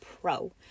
pro